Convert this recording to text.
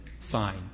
sign